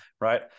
Right